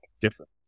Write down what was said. Different